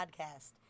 podcast